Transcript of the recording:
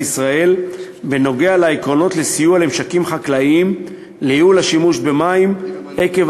ישראל בנוגע לעקרונות לסיוע למשקים חקלאיים לייעול השימוש במים עקב